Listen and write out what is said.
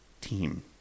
team